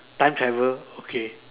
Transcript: time travel okay